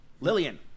Lillian